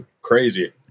crazy